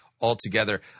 altogether